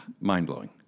Mind-blowing